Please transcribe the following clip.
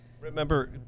remember